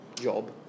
Job